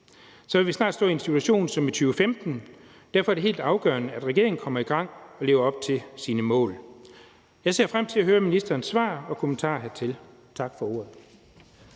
så vil vi snart stå i en situation som i 2015. Derfor er det helt afgørende, at regeringen kommer i gang og lever op til sine mål. Jeg ser frem til at høre ministerens svar og kommentarer hertil. Tak for ordet.